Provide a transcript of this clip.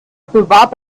bewarb